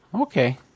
Okay